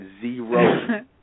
zero